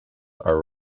are